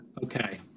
Okay